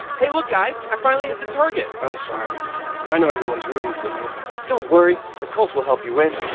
hey look, guys i finally hit the target! i'm sorry i know everyone's rooting for me don't worry the colts will help you win!